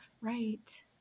Right